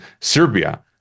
Serbia